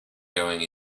going